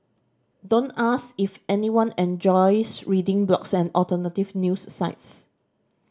don't ask if anyone enjoys reading blogs and alternative news sites